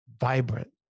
vibrant